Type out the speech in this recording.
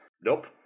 nope